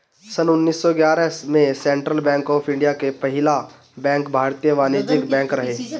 सन्न उन्नीस सौ ग्यारह में सेंट्रल बैंक ऑफ़ इंडिया के पहिला बैंक भारतीय वाणिज्यिक बैंक रहे